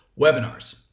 Webinars